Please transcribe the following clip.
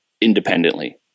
independently